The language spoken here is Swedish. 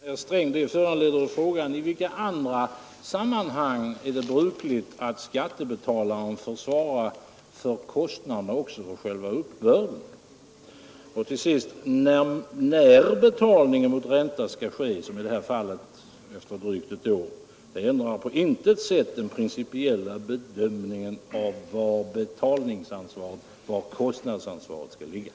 Herr talman! Det föranleder en fråga till herr Sträng. I vilka andra sammanhang är det brukligt att skattebetalaren får svara för kostnaden för själva uppbörden? Till sist vill jag framhålla en sak: att som i detta fall betalning mot ränta skall ske efter drygt ett år, ändrar på intet sätt den principiella bedömningen av var kostnadsansvaret skall ligga.